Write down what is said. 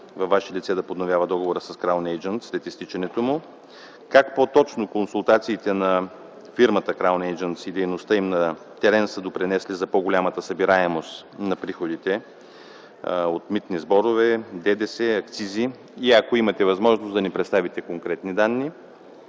във Ваше лице да подновява договора с „Краун Eйджънтс” след изтичането му? Как по-точно консултациите на фирмата „Краун Eйджънтс” и дейността й на терен са допринесли за по-голямата събираемост на приходите от митни сборове, ДДС и акцизи? Ако имате възможност, моля да ни представите конкретни данни.